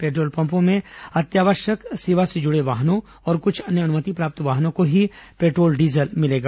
petrol पम्पों में अत्यावश्यक से जुड़े वाहनों और कुछ अन्य अनुमति प्राप्त वाहनों को ही पेट्रोल डीजल मिलेगा